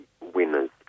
winners